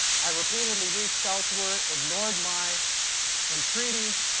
i repeatedly reached out to her, ignored my entreaties,